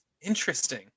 interesting